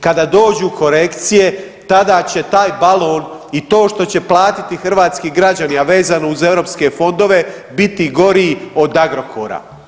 Kada dođu korekcije, tada će taj balon i to što će platiti hrvatski građani a vezano uz europske fondove biti gori od Agrokora.